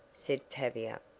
said tavia,